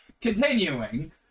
Continuing